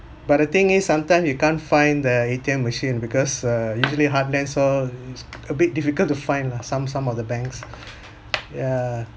but the thing is sometimes you can't find the A_T_M machine because uh usually heartlands all is a bit difficult to find lah some some of the banks yeah